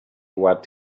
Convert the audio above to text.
what